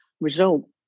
result